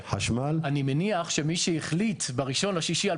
אני בדרך כלל מתחיל עם חברי כנסת אבל